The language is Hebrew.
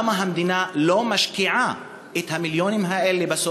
למה המדינה לא משקיעה את המיליונים האלה,